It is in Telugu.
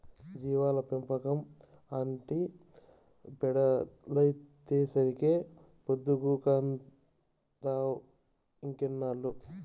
జీవాల పెంపకం, ఆటి పెండలైతేసరికే పొద్దుగూకతంటావ్ ఇంకెన్నేళ్ళు